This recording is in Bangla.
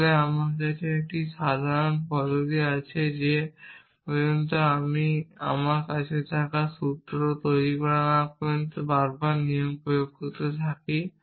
তাহলে আমার কাছে একটি সাধারণ পদ্ধতি আছে যে পর্যন্ত আমি আমার কাছে থাকা সূত্র তৈরি না করা পর্যন্ত বারবার নিয়ম প্রয়োগ করতে থাকি